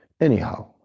Anyhow